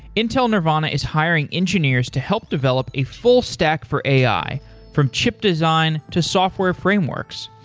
intel nervana is hiring engineers to help develop a full stack for ai from chip design to software frameworks.